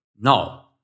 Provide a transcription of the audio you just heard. No